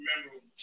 remember